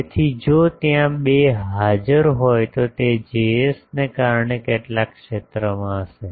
તેથી જો ત્યાં બે હાજર હોય તો તે Js ને કારણે કેટલાક ક્ષેત્રમાં હશે